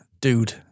Dude